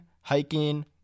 hiking